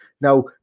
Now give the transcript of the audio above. Now